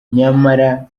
nyamara